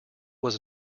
was